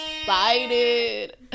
excited